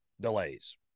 delays